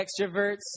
extroverts